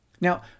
Now